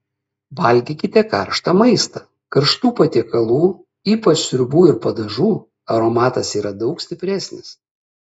valgykite karštą maistą karštų patiekalų ypač sriubų ir padažų aromatas yra daug stipresnis